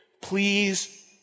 Please